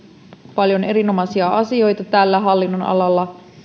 paljon erinomaisia asioita tällä hallinnonalalla